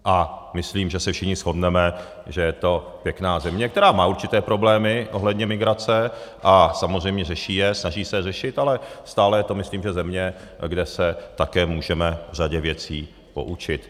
A myslím, že se všichni shodneme, že je to pěkná země, která má určité problémy ohledně migrace, a samozřejmě řeší je, snaží se je řešit, ale stále je to myslím země, kde se také můžeme řadě věcí poučit.